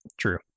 true